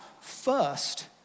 first